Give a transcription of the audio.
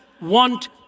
want